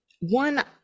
one